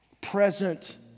present